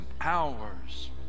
hours